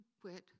quit